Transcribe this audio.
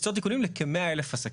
תיקונים לכ-100,000 עסקים.